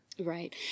Right